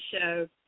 show